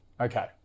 Okay